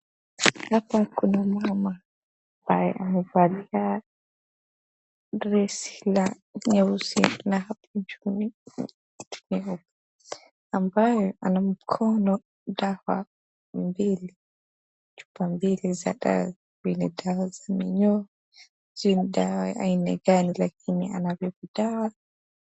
Hapa kuna mama ambaye amevalia dress la nyeusi na hapo juu, ambaye ana mkono dawa mbili za dawa vile dawa za minyoo sijui dawa aina gani lakini anabeba dawa.